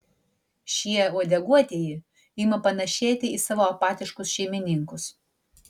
šie uodeguotieji ima panašėti į savo apatiškus šeimininkus